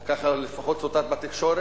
או כך לפחות צוטט בתקשורת,